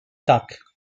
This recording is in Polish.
tak